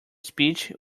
speech